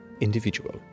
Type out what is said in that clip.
Individual